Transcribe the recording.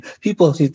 people